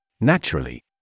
Naturally